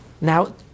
Now